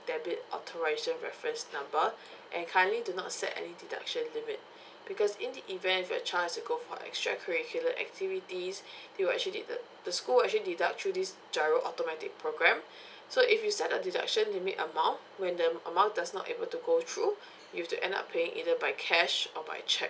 debit authorisation reference number and kindly do not set any deduction limit because in the event if your child is to go for extra curricular activities they will actually de~ the school actually deduct through this giro automatic programme so if you set a deduction limit amount when the a~ amount does not able to go through you have to end up paying either by cash or by check